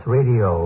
Radio